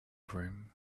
groom